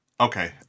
okay